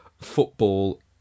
football